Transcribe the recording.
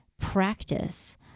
practice